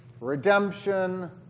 redemption